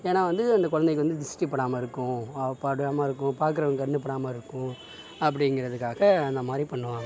ஏன்னா வந்து அந்த குழந்தைக்கு வந்து திருஷ்டி படாமல் இருக்கும் படாமல் இருக்கும் பார்க்குறவங்க கண் படாமல் இருக்கும் அப்படிங்குறதுக்காக அந்த மாதிரி பண்ணுவாங்க